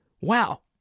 Wow